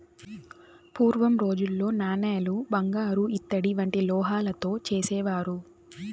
పూర్వం రోజుల్లో నాణేలు బంగారు ఇత్తడి వంటి లోహాలతో చేసేవారు